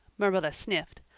marilla sniffed.